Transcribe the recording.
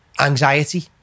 anxiety